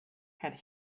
had